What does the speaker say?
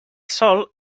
sol